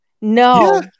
no